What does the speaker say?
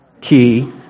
key